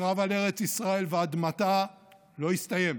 הקרב על ארץ ישראל ואדמתה לא הסתיים.